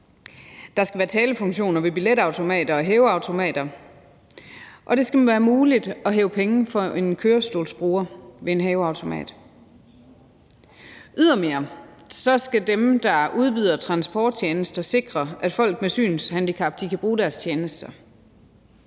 Der skal være talefunktioner ved billetautomater og hæveautomater, og det skal være muligt for en kørestolsbruger at hæve penge ved en hæveautomat. Ydermere skal de, der udbyder transporttjenester, sikre, at folk med synshandicap kan bruge deres tjenester.